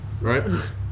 Right